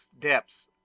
depths